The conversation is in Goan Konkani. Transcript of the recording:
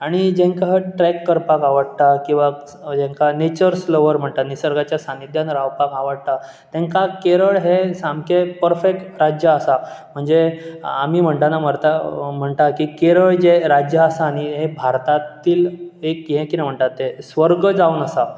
आनी जेंकां ट्रॅक करपाक आवडटा किंवा स हांकां नेचर्स लव्हर म्हणटा निसर्गाच्या सानिध्यान रावपाक आवडटा तांकां केरळ हें सामकें परफॅक्ट राज्य आसा म्हणजे आमी म्हणटना म्हरता म्हणटा की केरळ जें राज्य आसा न्ही हें भारतांतील एक हें कितें म्हणटात तें स्वर्ग जावन आसा